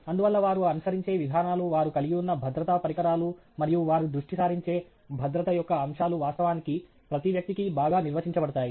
అందువల్ల వారు అనుసరించే విధానాలు వారు కలిగి ఉన్న భద్రతా పరికరాలు మరియు వారు దృష్టి సారించే భద్రత యొక్క అంశాలు వాస్తవానికి ప్రతి వ్యక్తికి బాగా నిర్వచించబడతాయి